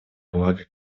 благо